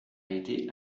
été